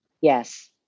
Yes